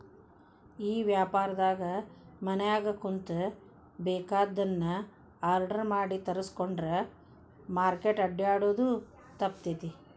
ಈ ವ್ಯಾಪಾರ್ದಾಗ ಮನ್ಯಾಗ ಕುಂತು ಬೆಕಾಗಿದ್ದನ್ನ ಆರ್ಡರ್ ಮಾಡಿ ತರ್ಸ್ಕೊಂಡ್ರ್ ಮಾರ್ಕೆಟ್ ಅಡ್ಡ್ಯಾಡೊದು ತಪ್ತೇತಿ